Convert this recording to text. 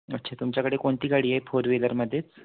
अच्छा तुमच्याकडे कोणती गाडी आहे फोर व्हीलरमध्येच